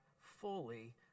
fully